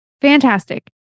Fantastic